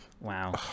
wow